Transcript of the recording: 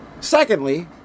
Secondly